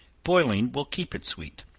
boiling will keep it sweet.